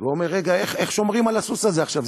ואומר: רגע, איך שומרים על הסוס הזה עכשיו?